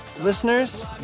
Listeners